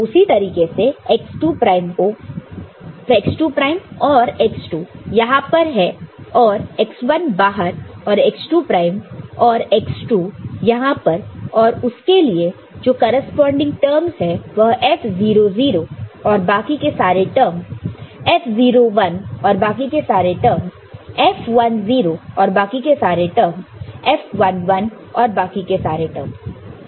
उसी तरीके से x2 प्राइम और x2 यहां पर और x1 बाहर और x2 प्राइम और x2 यहां पर और उसके जो करेस्पॉन्डिंग टर्मस है वह F 0 0 और बाकी के सारे टर्मस F 0 1 और बाकी के सारे टर्मस F 1 0 और बाकी के सारे टर्मस F 1 1 और बाकी के सारे टर्मस